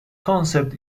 concept